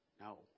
No